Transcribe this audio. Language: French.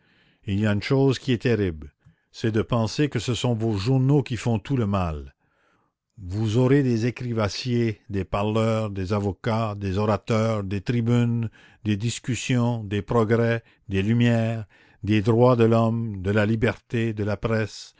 il y a une chose qui est terrible c'est de penser que ce sont vos journaux qui font tout le mal vous aurez des écrivassiers des parleurs des avocats des orateurs des tribunes des discussions des progrès des lumières des droits de l'homme de la liberté de la presse